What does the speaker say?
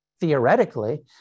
theoretically